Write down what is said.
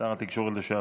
שר התקשורת לשעבר.